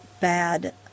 bad